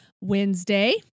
Wednesday